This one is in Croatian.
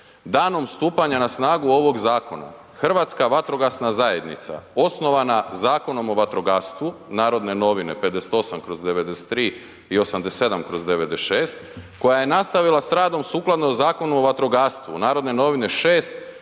„Danom stupanja na snagu ovog Zakona Hrvatska vatrogasna zajednica osnovana Zakonom o vatrogastvu, NN 58/93 i 87/96 koja je nastavila sa radom sukladno Zakonom o vatrogastvu, NN 6/99 117/01 36